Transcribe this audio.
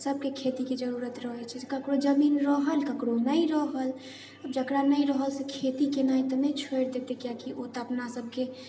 सबके खेतीके जरूरत रहै छै ककरो जमीन रहल ककरो नहि रहल आब जकरा नहि रहल से खेती केनाय तऽ नहि छोड़ि देतै कियाकि ओ तऽ अपना सबके